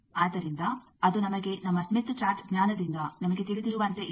ಆದ್ದರಿಂದ ಅದು ನಮಗೆ ನಮ್ಮ ಸ್ಮಿತ್ ಚಾರ್ಟ್ ಜ್ಞಾನದಿಂದ ನಮಗೆ ತಿಳಿದಿರುವಂತೆ ಇದೆ